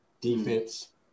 defense